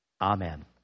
Amen